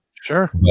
Sure